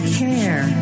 care